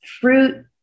fruit